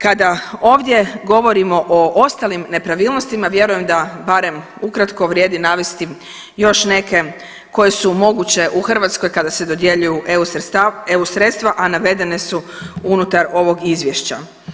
Kad ovdje govorimo o ostalim nepravilnostima vjerujem da barem ukratko vrijedi navesti još neke koje su moguće u Hrvatskoj kada su dodjeljuju eu sredstva, a navedene su unutar ovoga izvješća.